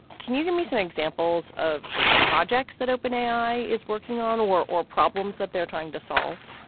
can you give me some examples of projects that open a i. is working on or or problems that they're trying to solve?